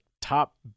top